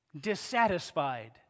dissatisfied